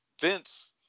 Vince